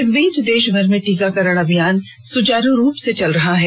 इस बीच देश भर में टीकाकरण अभियान सुचारू रूप से चल रहा है